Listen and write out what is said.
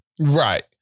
Right